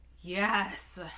Yes